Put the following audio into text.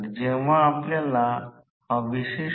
म्हणून समीकरण 2 सहजपणे n 1 s n s लिहू जेणेकरून हे समीकरण 3 असेल